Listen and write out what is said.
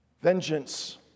Vengeance